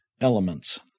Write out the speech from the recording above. elements